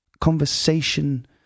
conversation